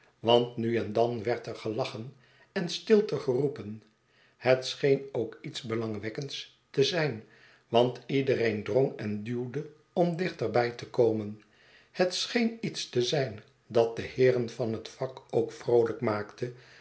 want nu en dan werd er gelachen en stilte geroepen het scheen ook iets belangwekkends te zijn want iedereen drong en duwde om dichter bij te komen het scheen iets te zijn dat de heeren van het vak ook vroolijk maakte